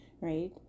right